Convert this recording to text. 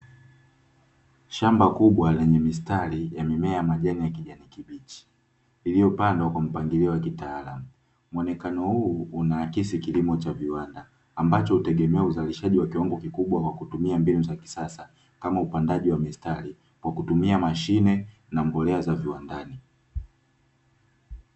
Shamba kubwa lenye mistari ya mimea ya majani ya kijani kibichi, iliyopandwa kwa mpangilio wa kitaalamu, mwonekano huu una akisi kilimo cha viwanda, ambacho hutegemea uzalishaji wa kiwango kikubwa kwa kutumia mbinu za kisasa, kama upandaji wa mistari kwa kutumia mashine na mbolea za viwandani.